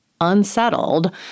unsettled